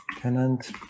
tenant